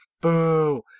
boo